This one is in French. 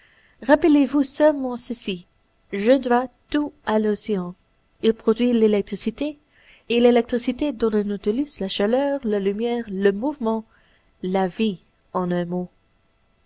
rappelez-vous seulement ceci je dois tout à l'océan il produit l'électricité et l'électricité donne au nautilus la chaleur la lumière le mouvement la vie en un mot